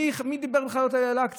מי דיבר בכלל על לעלות לאל-אקצא?